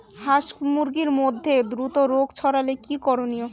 হাস মুরগির মধ্যে দ্রুত রোগ ছড়ালে কি করণীয়?